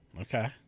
Okay